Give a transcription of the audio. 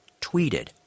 tweeted